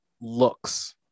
looks